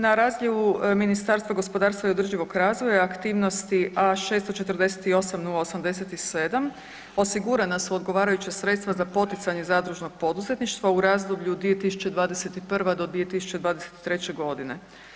Na razdjelu Ministarstva gospodarstva i održivog razvoja aktivnosti A648087 osigurana su odgovarajuća sredstva za poticanje zadružnog poduzetništva u razdoblju 2021. do 2023. godine.